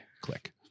click